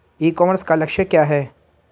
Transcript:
ई commerce का लक्ष्य क्या है?